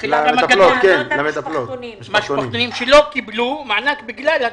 למטפלות המשפחתונים שלא קיבלו מענק בגלל הדוחות.